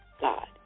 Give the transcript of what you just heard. God